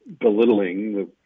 belittling